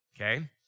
Okay